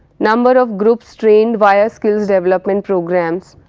number of groups trained via skills development programmes.